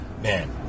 Man